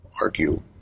argue